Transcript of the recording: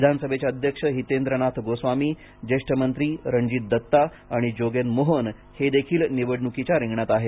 विधानसभेचे अध्यक्ष हितेंद्र नाथ गोस्वामी ज्येष्ठ मंत्री रणजित दत्ता आणि जोगेन मोहन हे देखील निवडणुकीच्या रिंगणात आहेत